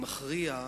מכריע,